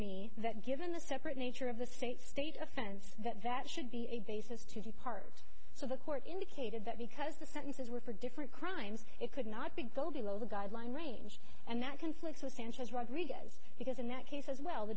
me that given the separate nature of the state state offense that that should be a basis to be part so the court indicated that because the sentences were for different crimes it could not be voting on the guideline range and that conflicts with sanchez rodriguez because in that case as well the